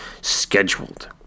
scheduled